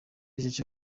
aricyo